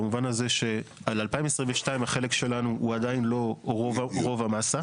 במובן הזה שעל 2022 החלק שלנו הוא עדיין לא רוב המסה,